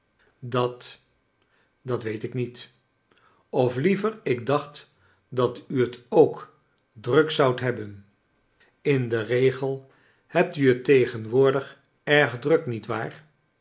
dat dat weet ik niet of liever ik dacht dat u het ook druk zoudt hebben in den regel hebt u t tegenwoordig erg druk nietwaar